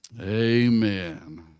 Amen